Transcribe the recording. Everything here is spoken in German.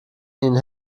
ihnen